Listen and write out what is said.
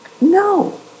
No